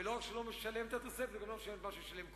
ולא רק שלא משלם את התוספת אלא גם לא משלם את מה ששילם קודם.